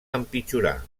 empitjorar